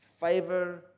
favor